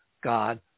God